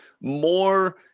more